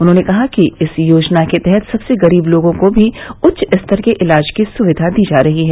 उन्होंने कहा कि इस योजना के तहत सबसे गरीब लोगों को भी उच्च स्तर के इलाज की सुक्यिा दी जा रही है